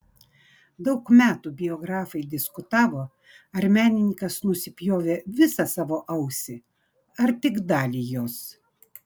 daug metų biografai diskutavo ar menininkas nusipjovė visą savo ausį ar tik dalį jos